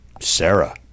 Sarah